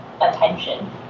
attention